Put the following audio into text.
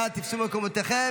נא תפסו מקומותיכם.